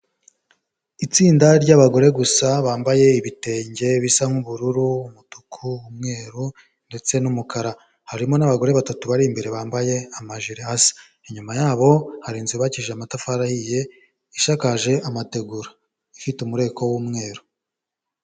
Itsinda ry'abagore gusa bambaye ibitenge bisa nk'ubururu, umutuku n'umweru ndetse n'umukara, harimo n'abagore batatu bari imbere bambaye amajire hasi, inyuma yabo hari inzu yubakishije amatafari ahiye, isakaje amategura, ifite umureko w'umweru.